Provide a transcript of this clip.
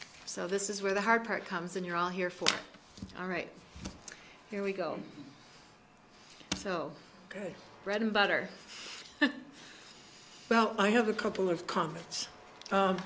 so this is where the hard part comes in you're all here for all right here we go bread and butter well i have a couple of comments